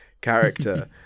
character